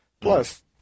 plus